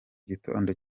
gitondo